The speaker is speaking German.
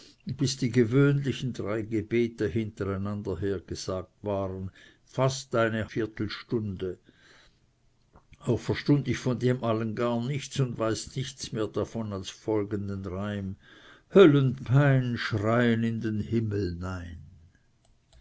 bis die gewöhnlichen drei gebete hintereinander hergesagt waren fast eine halbe viertelstunde auch verstund ich von dem allem gar nichts und weiß nichts mehr davon als folgenden reim höllenpein schreien in den himmel